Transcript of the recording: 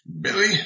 Billy